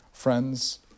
Friends